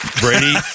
Brady